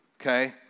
okay